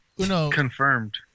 Confirmed